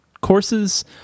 courses